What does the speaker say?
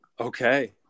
okay